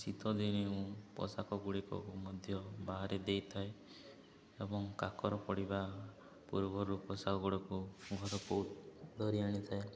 ଶୀତଦିନେ ପୋଷାକ ଗୁଡ଼ିକକୁ ମଧ୍ୟ ବାହାରେ ଦେଇଥାଏ ଏବଂ କାକର ପଡ଼ିବା ପୂର୍ବରୁ ପୋଷାକ ଗୁଡ଼ିକୁ ଘରକୁ ଧରି ଆଣିଥାଏ